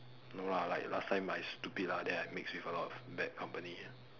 no lah like last time I stupid lah then I mix with a lot of bad company